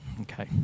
Okay